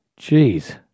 Jeez